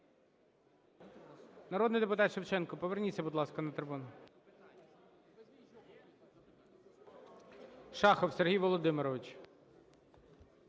Народний депутат Шевченко, поверніться, будь ласка, на трибуну. Шахов Сергій Володимирович.